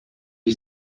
you